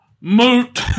moot